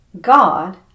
god